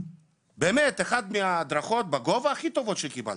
באמת, אחת ההדרכות בגובה הכי טובות שקיבלתי.